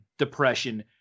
depression